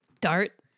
dart